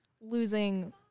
losing